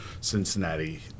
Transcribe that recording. Cincinnati